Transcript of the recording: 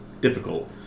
difficult